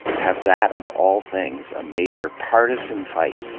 have that of all things a major partisan fight